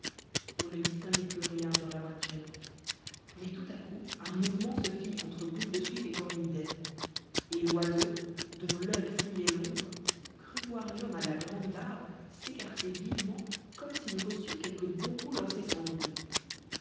on ne distinguait plus rien dans la voiture mais tout à coup un mouvement se fit entre boule de suif et cornudet et loiseau dont l'oeil fouillait l'ombre crut voir l'homme à la grande barbe s'écarter vivement comme s'il eût reçu quelque bon coup lancé sans bruit